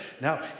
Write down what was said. Now